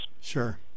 Sure